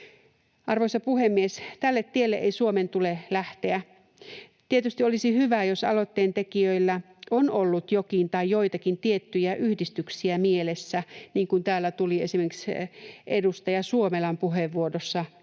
Arvoisa puhemies! Tälle tielle ei Suomen tule lähteä. Tietysti olisi hyvä, että jos aloitteen tekijöillä on ollut jokin tai joitakin tiettyjä yhdistyksiä mielessä — niin kuin täällä tuli esimerkiksi edustaja Suomelan puheenvuorossa